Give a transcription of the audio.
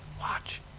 Watch